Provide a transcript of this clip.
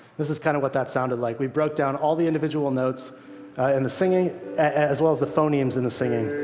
this is kind of what that sounded like. we broke down all the individual notes in and the singing as well as the phonemes in the singing.